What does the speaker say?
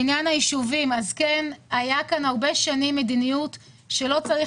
בעניין היישובים: הרבה שנים הייתה מדיניות שלא צריך